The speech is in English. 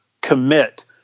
commit